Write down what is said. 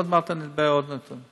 עוד מעט אני אדבר על עוד נתונים.